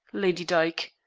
lady dyke.